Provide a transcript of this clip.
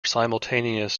simultaneous